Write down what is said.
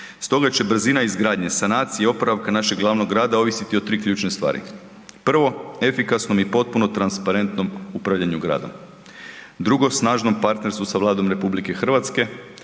Stoga će brzina izgradnje, sanacije i oporavka našeg glavnog grada ovisiti o 3 ključne stvari. Prvo, efikasnom i potpuno transparentnom upravljanju gradom, drugo, snažnom partnerstvu sa Vladom RH i treće,